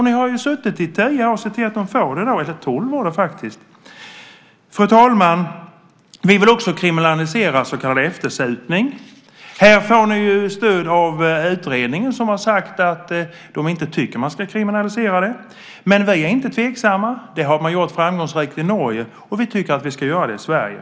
Ni har ju suttit i tolv år, så se till att de får det då! Fru talman! Vi vill också kriminalisera så kallad eftersupning. Här får majoriteten stöd av utredningen som har sagt att de inte tycker att man ska kriminalisera det. Men vi är inte tveksamma. Det har man gjort framgångsrikt i Norge, och vi tycker att vi ska göra det i Sverige.